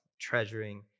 treasuring